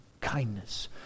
kindness